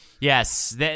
Yes